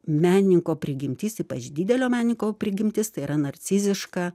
menininko prigimtis ypač didelio menininko prigimtis tai yra narciziška